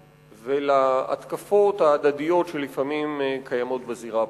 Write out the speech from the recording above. ולהתקפות ההדדיות שלפעמים קיימות בזירה הפוליטית.